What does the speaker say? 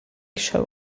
show